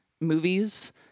movies